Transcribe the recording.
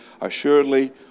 Assuredly